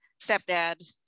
stepdad